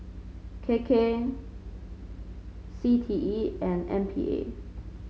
K K C T E and M P A